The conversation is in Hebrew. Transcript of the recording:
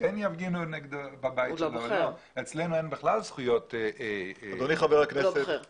יושבת ראש הועדה,